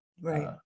Right